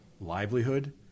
livelihood